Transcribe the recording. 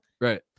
right